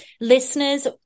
listeners